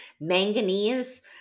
Manganese